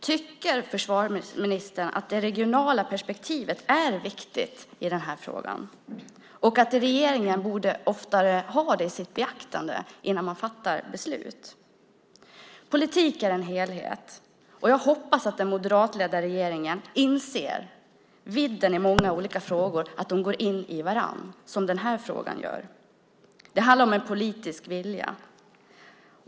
Tycker försvarsministern att det regionala perspektivet är viktigt i frågan och att regeringen oftare borde ha det i sitt beaktande innan man fattar ett beslut? Politik är en helhet. Jag hoppas att den moderatledda regeringen inser vidden i många olika frågor och att de går in i varandra, som den här frågan gör. Det handlar om en politisk vilja.